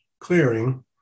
clearing